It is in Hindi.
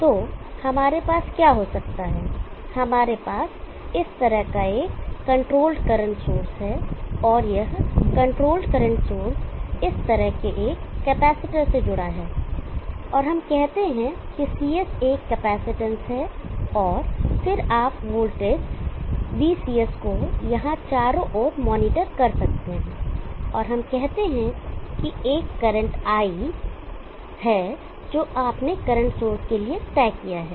तो हमारे पास क्या हो सकता है हमारे पास इस तरह का एक कंट्रोल्ड करंट सोर्स है और यह कंट्रोल्ड करंट सोर्स इस तरह के एक कैपेसिटर से जुड़ा हुआ है और हम कहते हैं कि CS एक कैपेसिटेंस है और फिर आप वोल्टेज vCS को यहां चारों ओर मॉनिटर कर सकते हैं और हम कहते है कि एक करंट I है जो आपने करंट सोर्स के लिए तय किया है